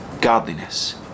godliness